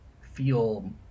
feel